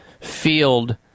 field